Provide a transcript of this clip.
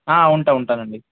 ఉంటా ఉంటానండి